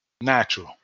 Natural